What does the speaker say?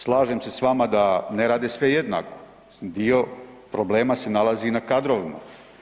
Slažem se s vama da ne rade sve jednako, dio problema se nalazi i na kadrovima.